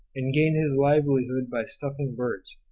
and gained his livelihood by stuffing birds,